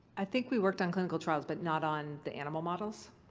i think we worked on clinical trials, but not on the animal models.